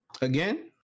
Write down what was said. Again